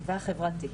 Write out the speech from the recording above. והחברתי.